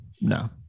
No